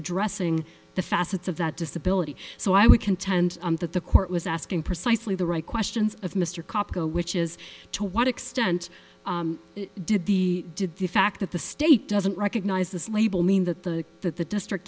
addressing the facets of that disability so i would contend that the court was asking precisely the right questions of mr kopp go which is to what extent did the did the fact that the state doesn't recognize this label mean that the that the district